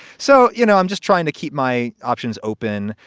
so, you know, i'm just trying to keep my options open.